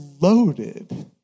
loaded